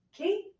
okay